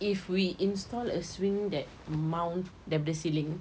if we install a swing that mount daripada ceiling